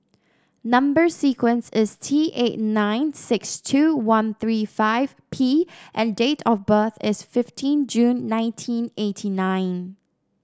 number sequence is T eight nine six two one three five P and date of birth is fifteen June nineteen eighty nine